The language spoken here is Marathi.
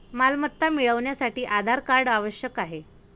मालमत्ता मिळवण्यासाठी आधार कार्ड आवश्यक आहे